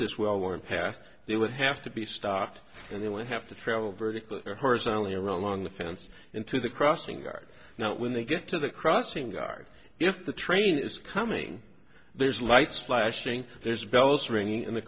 this well worn path they would have to be stopped and they would have to travel vertically or horizontally around along the fence into the crossing guard not when they get to the crossing guard if the train is coming there's lights flashing there's